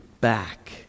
back